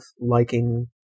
liking